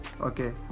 okay